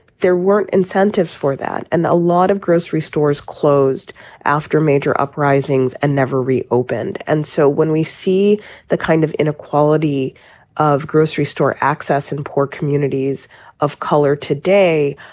there weren't incentives for that. and a lot of grocery stores closed after major uprisings and never reopened. and so when we see the kind of inequality of grocery store access in poor communities of color today,